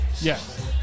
Yes